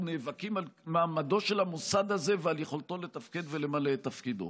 נאבקים על מעמדו של המוסד הזה ועל יכולתו לתפקד ולמלא את תפקידו.